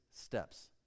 steps